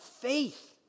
faith